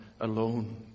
alone